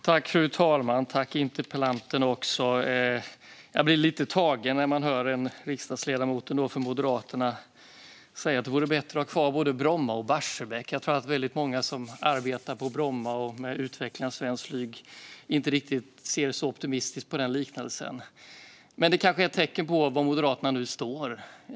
Fru talman och interpellanten! Jag blir lite tagen när jag hör riksdagsledamoten från Moderaterna säga att det vore bättre att ha kvar både Bromma och Barsebäck. Jag tror att väldigt många som arbetar på Bromma och med utveckling av svenskt flyg inte ser riktigt så optimistiskt på den liknelsen. Men det kanske är ett tecken på var Moderaterna nu står.